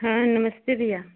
हाँ नमस्ते भैया